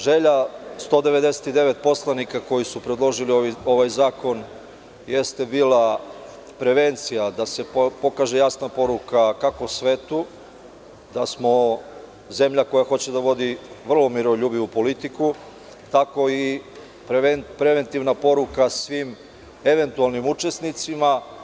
Želja 199 poslanika koji su predložili ovaj zakon jeste bila prevencija da se pokaže jasna poruka, kako svetu da smo zemlja koja hoće da vodi vrlo miroljubivu politiku, tako i preventivna poruka svim eventualnim učesnicima.